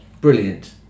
Brilliant